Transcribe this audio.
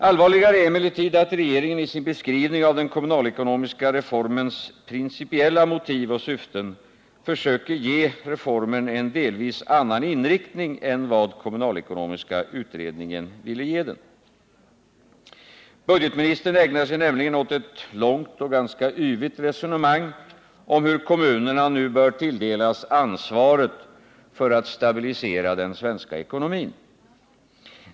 Allvarligare är emellertid att regeringen i sin beskrivning av den kommunalekonomiska reformens principiella motiv och syften försöker ge reformen en delvis annan inriktning än vad kommunalekonomiska utredningen ville ge den. Budgetministern ägnar sig nämligen åt ett långt och yvigt resonemang om hur kommunerna nu skall tilldelas ansvaret för att stabilisera den svenska ekonomin.